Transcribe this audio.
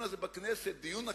שהדיון הזה בכנסת, דיון מקרו,